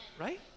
Right